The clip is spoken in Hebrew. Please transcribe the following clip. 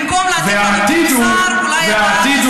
במקום להטיף לנו מוסר, והעתיד